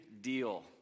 deal